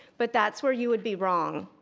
but that's where you would be wrong.